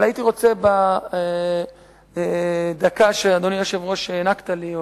אבל הייתי רוצה בדקה שהענקת לי,